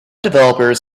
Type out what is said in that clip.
developers